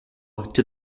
onto